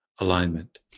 alignment